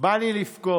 בא לי לבכות.